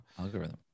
algorithm